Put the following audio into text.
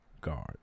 Guard